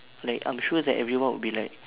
like I'm sure that everyone would be like